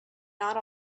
not